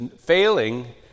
failing